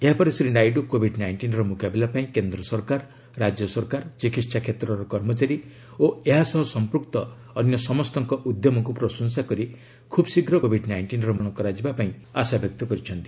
ଏହାପରେ ଶ୍ରୀ ନାଇଡ଼ୁ କୋଭିଡ୍ ନାଇଷ୍ଟିନ୍ର ମୁକାବିଲା ପାଇଁ କେନ୍ଦ୍ର ସରକାର ରାଜ୍ୟ ସରକାର ଚିକିତ୍ସା କ୍ଷେତ୍ରର କର୍ମଚାରୀ ଓ ଏହା ସହ ସମ୍ପୃକ୍ତ ଅନ୍ୟ ସମସ୍ତଙ୍କ ଉଦ୍ୟମକୁ ପ୍ରଶଂସା କରି ଖୁବ୍ ଶୀଘ୍ର କୋଭିଡ୍ ନାଇଷ୍ଟିନ୍କୁ ନିୟନ୍ତ୍ରଣ କରାଯିବା ପାଇଁ ଆଶାବ୍ୟକ୍ତ କରିଛନ୍ତି